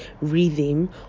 rhythm